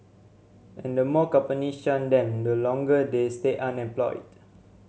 and the more companies shun them the longer they stay unemployed